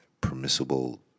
permissible